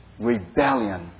rebellion